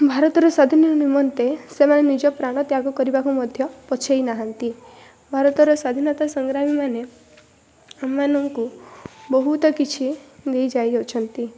ଭାରତର ସ୍ୱାଧୀନତା ନିମନ୍ତେ ସେମାନେ ନିଜ ପ୍ରାଣ ତ୍ୟାଗ କରିବାକୁ ମଧ୍ୟ ପଛାଇ ନାହାଁନ୍ତି ଭାରତର ସ୍ୱାଧୀନତା ସଂଗ୍ରାମୀମାନେ ଆମମାନଙ୍କୁ ବହୁତ କିଛି ଦେଇ ଯାଇଅଛନ୍ତି